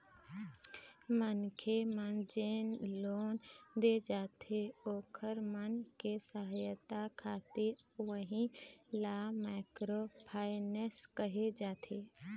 मनखे मन जेन लोन दे जाथे ओखर मन के सहायता खातिर उही ल माइक्रो फायनेंस कहे जाथे